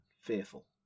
fearful